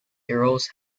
heroes